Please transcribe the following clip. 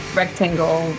rectangle